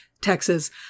Texas